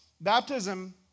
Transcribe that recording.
Baptism